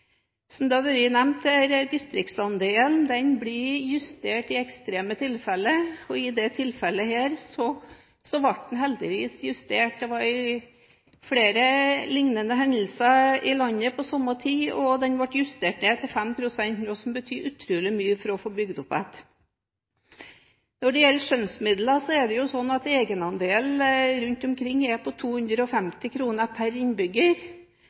Som det har vært nevnt, blir distriktsandelen justert i ekstreme tilfeller. I dette tilfellet ble den heldigvis justert. Det var flere liknende hendelser i landet på samme tid, og den ble justert ned til 5 pst., noe som betyr utrolig mye for å få bygget opp igjen. Når det gjelder skjønnsmidler, er det sånn at egenandelen rundt omkring er på 250 kr per innbygger.